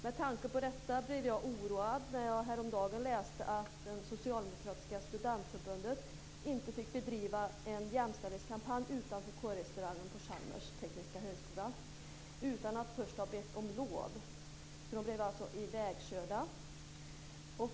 Med tanke på detta blev jag oroad när jag häromdagen läste att det socialdemokratiska studentförbundet inte fick bedriva en jämställdhetskampanj utanför kårrestaurangen på Chalmers tekniska högskola utan att först ha bett om lov. Man blev alltså ivägkörd.